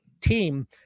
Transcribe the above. team